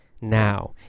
now